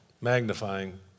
magnifying